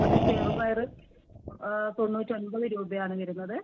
അത് ചെറുപയറ് തൊണ്ണൂറ്റി ഒൻപത് രൂപയാണ് വരുന്നത്